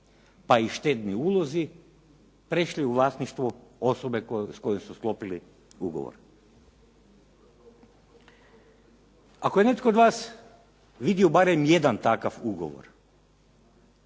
pa i štedni ulozi prešli u vlasništvo osobe s kojom su sklopili ugovor. Ako je netko od vas vidio barem jedan takav ugovor,